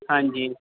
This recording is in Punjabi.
ਹਾਂਜੀ